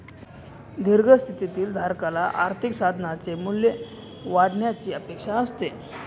दीर्घ स्थितीतील धारकाला आर्थिक साधनाचे मूल्य वाढण्याची अपेक्षा असते